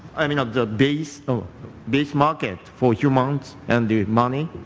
i mean of the base base market for humans and the money,